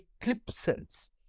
eclipses